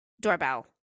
doorbell